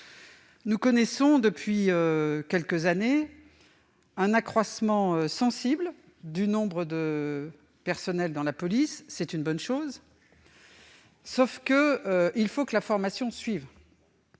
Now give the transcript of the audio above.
Nous connaissons, depuis quelques années, un accroissement sensible du nombre de personnels dans la police : c'est une bonne chose. Néanmoins, la formation doit